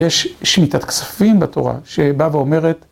יש שמיטת כספים בתורה שבאה ואומרת